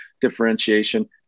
differentiation